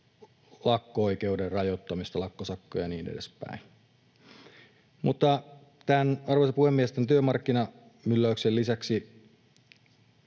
lakko-oikeuden rajoittamista, lakkosakkoja ja niin edespäin. Arvoisa puhemies! Sitten tämän työmarkkinamyllerryksen lisäksi